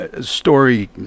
story